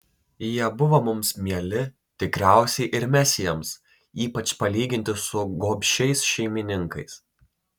jie buvo mums mieli tikriausiai ir mes jiems ypač palyginti su gobšiais šeimininkais